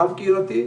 רב קהילתי.